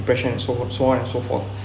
pressure and so on and so forth